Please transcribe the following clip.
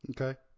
Okay